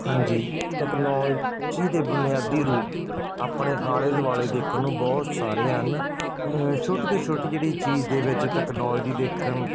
ਹਾਂਜੀ ਤੈਕਨੋਲਜੀ ਦੇ ਬੁਨਿਆਦੀ ਰੂਪ ਆਪਣੇ ਆਲੇ ਦੁਆਲੇ ਦੇਖਣ ਨੂੰ ਬਹੁਤ ਸਾਰੇ ਹਨ ਛੋਟੀ ਤੋਂ ਛੋਟੀ ਜਿਹੜੀ ਚੀਜ਼ ਦੇ ਵਿੱਚ ਤੈਕਨੋਲੋਜੀ ਦੇ ਇੱਕ